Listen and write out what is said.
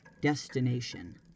destination